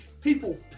people